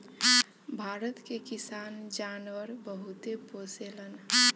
भारत के किसान जानवर बहुते पोसेलन